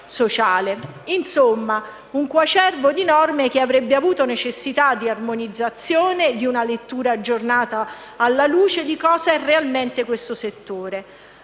di un coarcevo di norme che avrebbe avuto necessità di armonizzazione e di una lettura aggiornata alla luce di cosa è realmente questo settore.